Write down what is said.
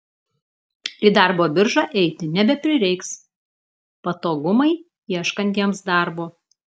į darbo biržą eiti nebeprireiks patogumai ieškantiems darbo